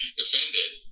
defended